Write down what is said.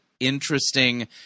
interesting